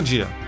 Dia